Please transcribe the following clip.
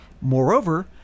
Moreover